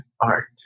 art